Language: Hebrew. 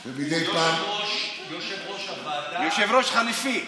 הוא יושב-ראש הוועדה, יושב-ראש חליפי.